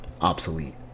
obsolete